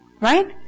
Right